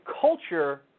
culture